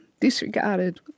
disregarded